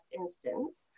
instance